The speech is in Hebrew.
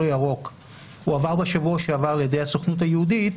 הירוק הועבר בשבוע שעבר לידי הסוכנות היהודית,